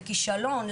לכישלון,